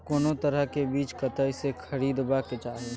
कोनो तरह के बीज कतय स खरीदबाक चाही?